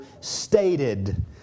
Stated